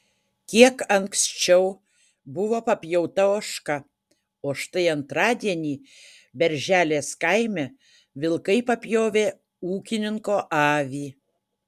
kiek anksčiau buvo papjauta ožka o štai antradienį berželės kaime vilkai papjovė ūkininko avį